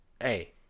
Hey